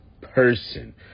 person